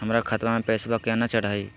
हमर खतवा मे पैसवा केना चढाई?